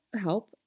help